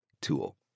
tool